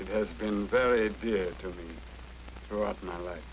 it has been very good to me throughout my life